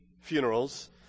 funerals